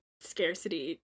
scarcity